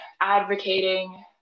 advocating